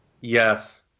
Yes